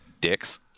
Dicks